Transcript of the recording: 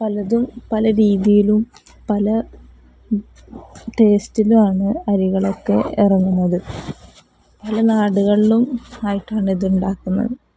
പലതും പല രീതിയിലും പല ടേസ്റ്റിലുമാണ് അരികളൊക്കെ ഇറങ്ങുന്നത് പല നാടുകളിലുമായിട്ടാണ് ഇതുണ്ടാക്കുന്നത്